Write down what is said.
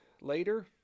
later